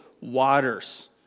waters